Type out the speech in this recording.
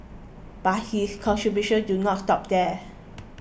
but his contributions do not stop there